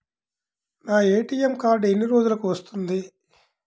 నా ATM card ఎన్ని రోజులకు వస్తుంది?